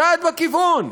צעד בכיוון.